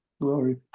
Glory